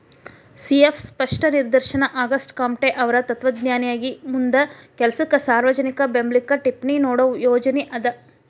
C F ಸ್ಪಷ್ಟ ನಿದರ್ಶನ ಆಗಸ್ಟೆಕಾಮ್ಟೆಅವ್ರ್ ತತ್ವಜ್ಞಾನಿಯಾಗಿ ಮುಂದ ಕೆಲಸಕ್ಕ ಸಾರ್ವಜನಿಕ ಬೆಂಬ್ಲಕ್ಕ ಟಿಪ್ಪಣಿ ನೇಡೋ ಯೋಜನಿ ಅದ